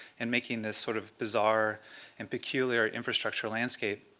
and making this sort of bizarre and peculiar infrastructure landscape.